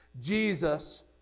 Jesus